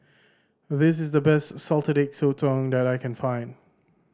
this is the best Salted Egg Sotong that I can find